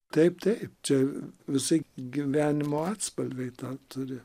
taip taip čia visi gyvenimo atspalviai tą turi